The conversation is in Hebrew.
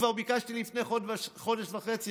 כבר ביקשתי לפני חודש וחצי,